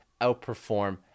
outperform